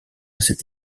cette